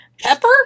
Pepper